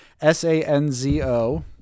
S-A-N-Z-O